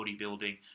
bodybuilding